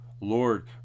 Lord